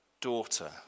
daughter